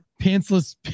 pantsless